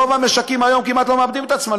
רוב המשקים היום כמעט לא מעבדים את עצמם.